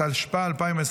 התשפ"ה 2025,